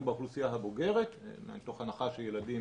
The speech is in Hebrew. באוכלוסייה הבוגרת מתוך הנחה שילדים